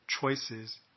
choices